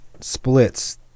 splits